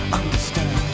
understand